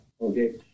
Okay